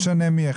לא משנה מי,